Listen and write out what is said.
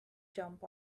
jump